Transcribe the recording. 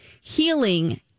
Healing